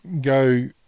go